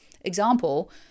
example